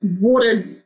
water